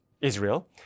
Israel